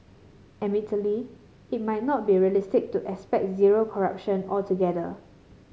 admittedly it might not be realistic to expect zero corruption altogether